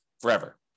forever